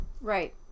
Right